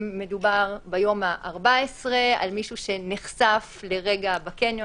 מדובר ביום ה-14 על מישהו שנחשף לרגע בקניון?